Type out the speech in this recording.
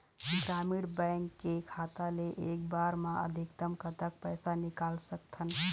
ग्रामीण बैंक के खाता ले एक बार मा अधिकतम कतक पैसा निकाल सकथन?